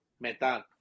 metal